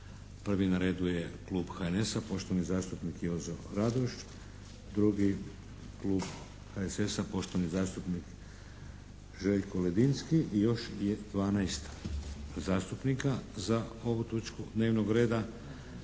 Prvi na redu je Klub HNS-a, poštovani zastupnik Jozo Radoš. Drugi Klub HSS-a, poštovani zastupnik Željko Ledinski i još je 12 zastupnika za ovu točku dnevnog reda.